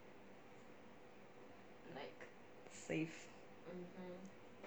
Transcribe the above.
safe